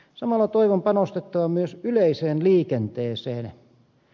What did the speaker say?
samalla toivon panostettavan myös yleiseen liikenteeseen